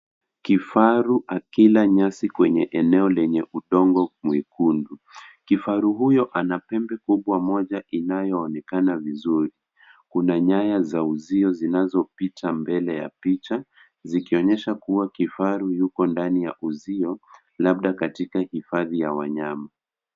Kifaru akila nyasi kwenye eneo lenye udongo mwekundu. Kifaru huyo ana pembe kubwa moja inayoonekana vizuri. Kuna nyaya za uzio zinazopita mbele ya picha zikionyesha kuwa kifaru yuko ndani ya uzio labda katika hifadhi ya wanyama.